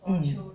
mm